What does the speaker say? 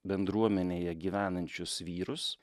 bendruomenėje gyvenančius vyrus